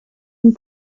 and